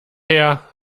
her